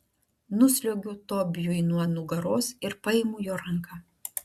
nusliuogiu tobijui nuo nugaros ir paimu jo ranką